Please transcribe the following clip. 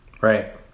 right